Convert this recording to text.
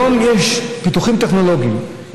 היום יש פיתוחים טכנולוגיים,